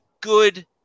good